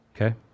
Okay